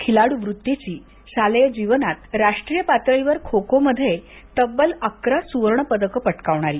खिलाडू वृत्तीचीशालेय जीवनात राष्ट्रीय पातळीवर खो खो मध्ये तब्बल अकरा सुवर्णपदक मिळवलेली